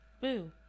boo